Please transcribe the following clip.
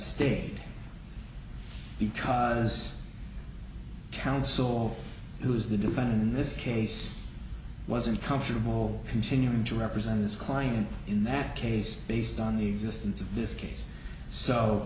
state because counsel who is the defendant in this case wasn't comfortable continuing to represent his client in that case based on the existence of this case so